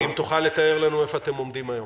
האם תוכל לתאר לנו איפה אתם עומדים היום?